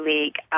League